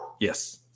yes